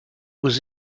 was